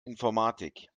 informatik